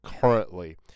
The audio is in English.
currently